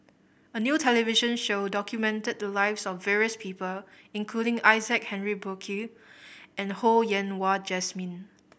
a new television show documented the lives of various people including Isaac Henry Burkill and Ho Yen Wah Jesmine